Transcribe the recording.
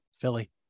Philly